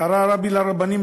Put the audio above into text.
קרא הרבי לרבנים,